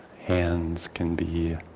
hands can be